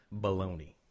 baloney